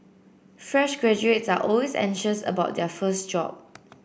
fresh graduates are always anxious about their first job